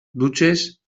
dutxes